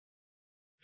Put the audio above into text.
real number